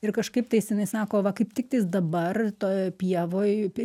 ir kažkaip tais jinai sako va kaip tik tais dabar to pievoj pi